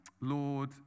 Lord